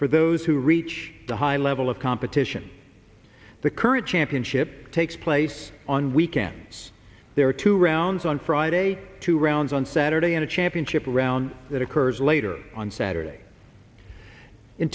for those who reach the high level of competition the current championship takes place on weekends there are two rounds on friday two rounds on saturday in a championship round that occurs later on saturday in